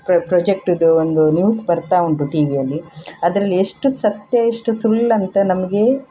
pro ಪ್ರೊಜೆಕ್ಟ್ದು ಒಂದು news ಬರ್ತಾ ಉಂಟು ಟಿ ವಿಯಲ್ಲಿ ಅದ್ರಲ್ಲಿ ಎಷ್ಟು ಸತ್ಯ ಎಷ್ಟು ಸುಳ್ಳು ಅಂತ ನಮಗೆ